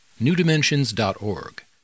newdimensions.org